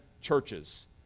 churches